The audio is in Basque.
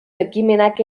ekimenak